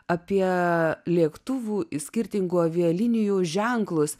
apie lėktuvų skirtingų avialinijų ženklus